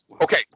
okay